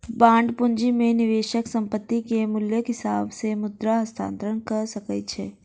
bond पूंजी में निवेशक संपत्ति के मूल्यक हिसाब से मुद्रा हस्तांतरण कअ सकै छै